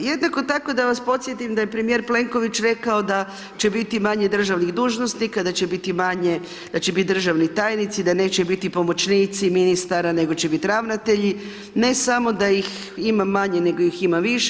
Jednako tako, da vas podsjetim da je premjer Plenković rekao, da će biti manje državnih dužnosnika, da će biti manje, da će biti državni tajnici, da neće biti pomoćnici ministara, nego će biti ravnatelji, ne samo da ih ima manje, nego ih ima više.